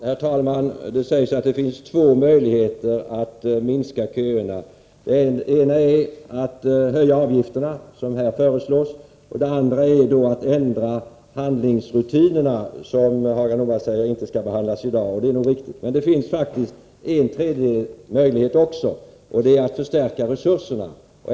Herr talman! Det sägs att det finns två möjligheter att minska köerna. Den ena är att höja avgifterna, vilket föreslås här. Den andra är att ändra handläggningsrutinerna, vilket Hagar Normark säger att vi inte skall behandla i dag. Och det är riktigt. Men det finns faktiskt en tredje möjlighet också, nämligen att förstärka resurserna.